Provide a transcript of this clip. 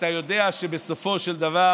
אתה יודע שבסופו של דבר